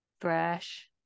Fresh